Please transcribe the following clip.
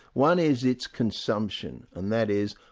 one is it's consumption and that is,